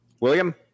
William